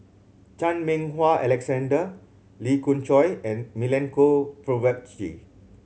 Chan Meng Wah Alexander Lee Khoon Choy and Milenko Prvacki